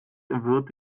wird